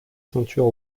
ceinture